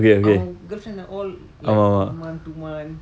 அவன்:avan girlfriend all like one month two month